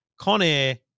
Conair